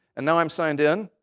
and now, i'm signed in.